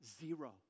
zero